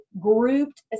grouped